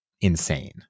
insane